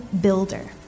builder